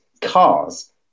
cars